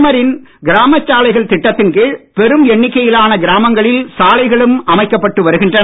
பிரதமரின் கிராமச் சாலைகள் திட்டத்தின் கீழ் பெரும் எண்ணிக்கையிலான கிராமங்களில் சாலைகளும் அமைக்கப்பட்டு வருகின்றன